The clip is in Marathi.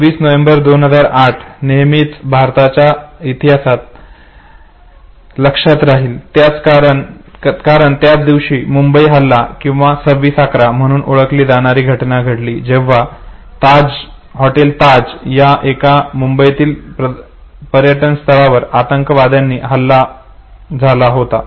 26 नोव्हेंबर 2008 नेहमीच भारताच्या इतिहासात लक्षात राहील कारण याच दिवशी मुंबई हल्ला किंवा 2611 म्हणून ओळखली जाणारी घटना घडली जेव्हा हॉटेल ताज या एका मुंबईतील पर्यटन स्थळावर आतंकवादी हल्ला झाला होता